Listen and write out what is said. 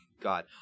God